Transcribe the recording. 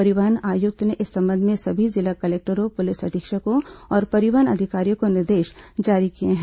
परिवहन आयुक्त ने इस संबंध में सभी जिला कलेक्टरों पुलिस अधीक्षकों और परिवहन अधिकारियों को निर्देश जारी किए हैं